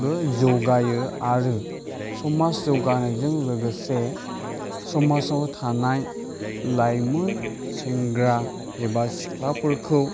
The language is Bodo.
बो जौगायो आरो समाज जौगानायजों लोगोसे समाजाव थानाय लाइमोन सेंग्रा एबा सिख्लाफोरखौ